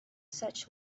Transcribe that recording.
such